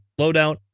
loadout